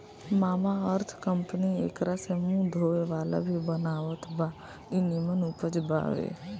Mamaearth company एकरा से मुंह धोए वाला भी बनावत बा इ निमन उपज बावे